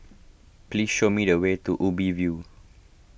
please show me the way to Ubi View